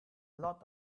lot